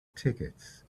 tickets